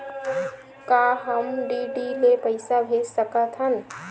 का हम डी.डी ले पईसा भेज सकत हन?